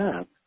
up